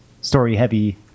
story-heavy